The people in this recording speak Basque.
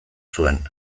zuen